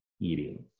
eating